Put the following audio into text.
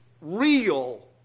real